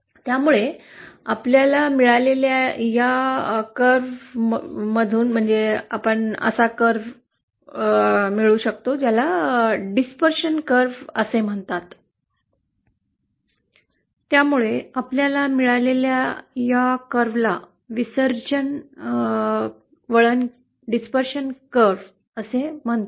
त्यामुळे आपल्याला मिळालेल्या या वळणाला विसर्जन वळण असे म्हणतात